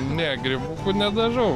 ne grybukų nedažau